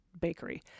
bakery